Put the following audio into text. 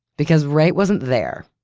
because wright wasn't there.